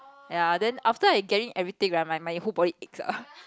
ya then after I get in everything ah my my whole body aches ah